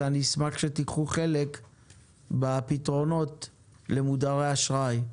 ואני אשמח שתיקחו חלק בפתרונות למודרי אשראי.